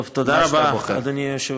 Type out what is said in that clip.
טוב, תודה רבה, אדוני היושב-ראש.